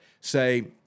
say